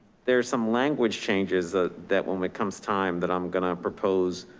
there's some language changes ah that when it comes time that i'm going to propose,